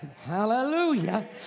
Hallelujah